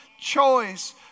choice